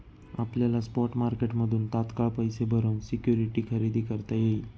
आपल्याला स्पॉट मार्केटमधून तात्काळ पैसे भरून सिक्युरिटी खरेदी करता येईल